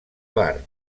bar